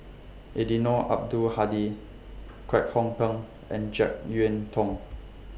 Eddino Abdul Hadi Kwek Hong Png and Jek Yeun Thong